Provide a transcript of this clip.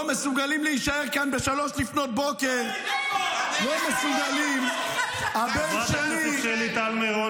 לא מסוגלים להישאר כאן ב-03:00 ------ חברת הכנסת שלי טל מירון,